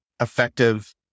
effective